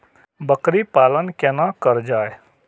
बकरी पालन केना कर जाय?